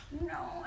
No